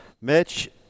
Mitch